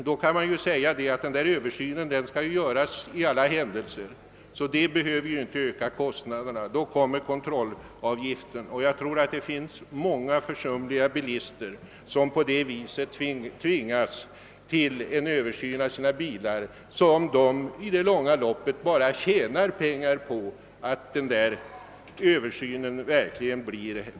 Denna översyn torde alltså i alla fall komma att genomföras, varför den inte medför någon ökning av kostnaderna för bilägarna. Jag tror också att det finns många försumliga bilister som på det viset skulle tvingas till en översyn av sina bilar vilket de i det långa loppet egentligen skulle tjäna pengar på.